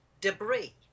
debris